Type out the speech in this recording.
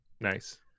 Nice